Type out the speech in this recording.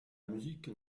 musique